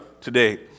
today